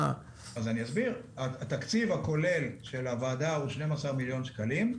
אסביר: התקציב הכולל של הוועדה הוא 12 מיליון שקלים,